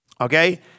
okay